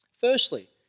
Firstly